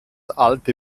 alte